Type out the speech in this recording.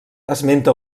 esmenta